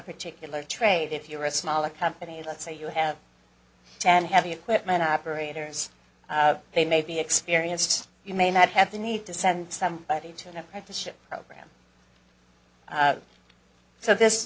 particular trade if you're a smaller company let's say you have ten heavy equipment operators they may be experienced you may not have the need to send somebody to an apprenticeship program so this